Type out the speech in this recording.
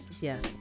yes